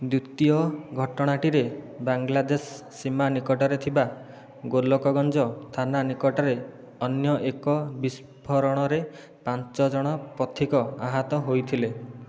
ଦ୍ୱିତୀୟ ଘଟଣାଟିରେ ବାଂଲାଦେଶ ସୀମା ନିକଟରେ ଥିବା ଗୋଲୋକ ଗଞ୍ଜ ଥାନା ନିକଟରେ ଅନ୍ୟ ଏକ ବିସ୍ଫୋରଣରେ ପାଞ୍ଚ ଜଣ ପଥିକ ଆହତ ହୋଇଥିଲେ